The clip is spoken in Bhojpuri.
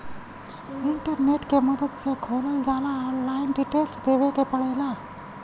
इंटरनेट के मदद से खोलल जाला ऑनलाइन डिटेल देवे क पड़ेला